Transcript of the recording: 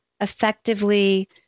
effectively